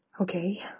Okay